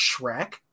Shrek